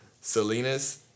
Salinas